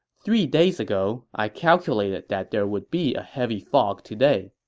three days ago, i calculated that there would be a heavy fog today.